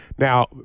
Now